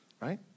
Right